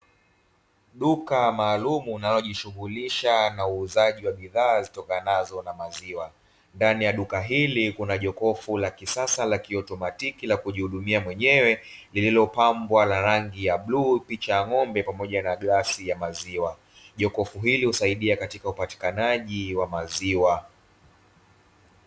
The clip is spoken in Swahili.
Duka maalumu linalojishughulisha na uuzaji wa bidhaa zitokanazo na maziwa, ndani ya duka hili kuna jokofu la kisasa la kiautomatiki la kujihudumia mwenyewe lililopangwa na rangi ya bluu, picha ya ng'ombe pamoja na glasi ya maziwa, jokofu hili husaidia katika upatikanaji wa maziwa.